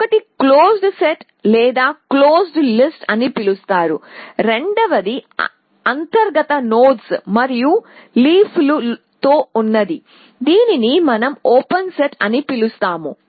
ఒకటి closed set లేదా closed list అని పిలుస్తారు రెండవది అంతర్గత నోడ్స్ మరియు లీఫ్ లు తో ఉన్నది దీనిని మనం ఓపెన్ సెట్ అని పిలుస్తాము